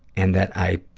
and that i,